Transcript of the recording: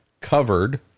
covered